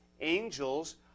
Angels